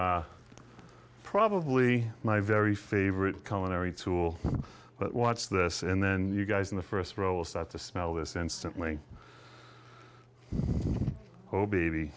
is probably my very favorite commentary tool but watch this and then you guys in the first row will start to smell this instantly o b